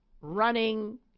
running